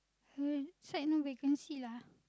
her side no vacancy lah